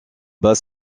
bas